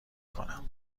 کنم